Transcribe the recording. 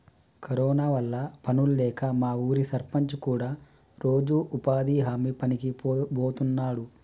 corona వల్ల పనుల్లేక మా ఊరి సర్పంచ్ కూడా రోజూ ఉపాధి హామీ పనికి బోతన్నాడు